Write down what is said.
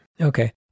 Okay